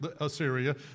Assyria